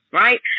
right